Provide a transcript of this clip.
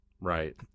Right